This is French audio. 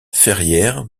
ferrière